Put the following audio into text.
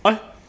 !huh!